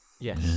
Yes